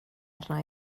arna